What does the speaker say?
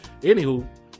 Anywho